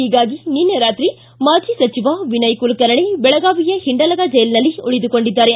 ಹೀಗಾಗಿ ನಿನ್ನೆ ರಾತ್ರಿ ಮಾಜಿ ಸಚಿವ ವಿನಯ್ ಕುಲಕರ್ಣೆ ಬೆಳಗಾವಿಯ ಹಿಂಡಲಗಾ ಜೈಲಿನಲ್ಲಿ ಉಳಿದುಕೊಂಡಿದ್ದಾರೆ